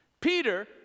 Peter